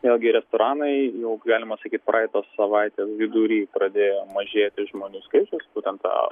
vėlgi restoranai jau galima sakyt praeitos savaitės vidury pradėjo mažėti žmonių skaičius būtent ta